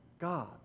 God